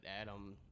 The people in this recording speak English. Adam